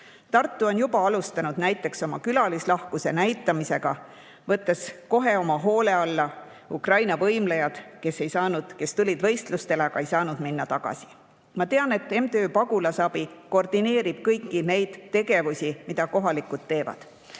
Tartu on juba alustanud külalislahkuse näitamist, võttes kohe oma hoole alla Ukraina võimlejad, kes olid tulnud siia võistlustele, aga ei saanud enam tagasi minna. Ma tean, et MTÜ Pagulasabi koordineerib kõiki neid tegevusi, mida kohalikud teevad.